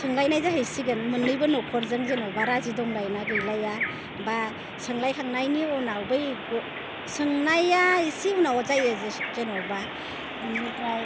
सोंलायनाय जाहैसिगोन मोन्नैबो न'खरजों जेनेबा राजि दंलायो ना गैलाया बा सोंलायखांनायनि उनाव बै सोंनाया एसे उनाव जायो जेसे जेनेबा बेनिफ्राय